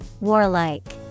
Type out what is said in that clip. Warlike